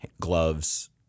gloves